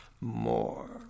more